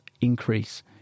increase